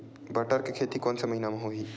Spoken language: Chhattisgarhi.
बटर के खेती कोन से महिना म होही?